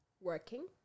working